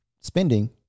spending